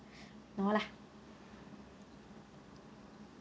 no lah